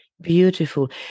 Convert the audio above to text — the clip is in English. beautiful